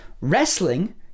Wrestling